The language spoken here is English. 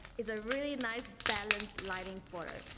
it's a really nice balanced lighting photo.